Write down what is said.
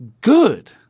good